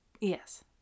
Yes